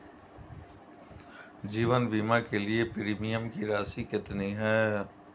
जीवन बीमा के लिए प्रीमियम की राशि कितनी है?